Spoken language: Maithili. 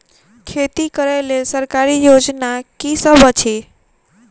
खेती करै लेल सरकारी योजना की सब अछि?